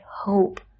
hope